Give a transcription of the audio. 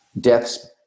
deaths